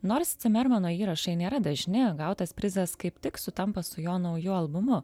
nors cimermano įrašai nėra dažni gautas prizas kaip tik sutampa su jo nauju albumu